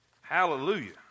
Hallelujah